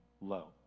low